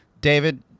David